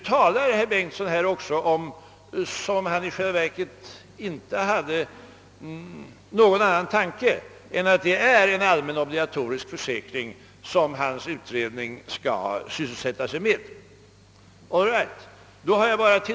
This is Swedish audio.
Herr Bengtsson talade också som om han i själva verket inte hade någon annan tanke än att det är en allmän obligatorisk försäkring som hans utredning skall syssla med. All right!